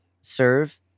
serve